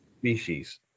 species